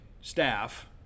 staff